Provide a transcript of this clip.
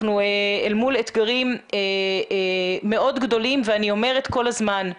אנחנו אל מול אתגרים מאוד גדולים ואני אומרת כל הזמן,